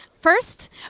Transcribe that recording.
First